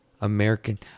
American